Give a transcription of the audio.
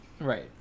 Right